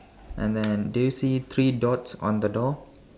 and then do you see three dots on the door